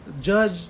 Judge